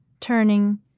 Turning